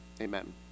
Amen